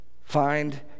find